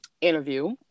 interview